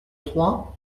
trois